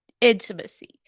Intimacy